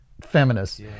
feminists